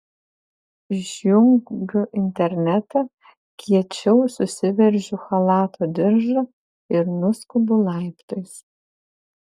išjungiu internetą kiečiau susiveržiu chalato diržą ir nuskubu laiptais